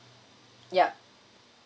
yup